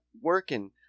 working